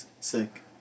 sick